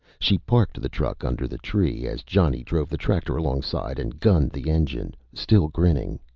she parked the truck under the tree as johnny drove the tractor alongside and gunned the engine, still grinning.